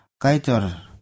Kaitor